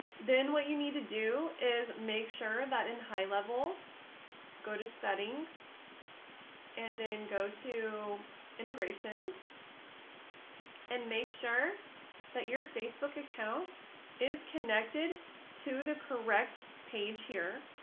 then what you need to do is make sure that in highlevel go to settings and then go to integration's and make sure that your facebook account is connected to the correct page here.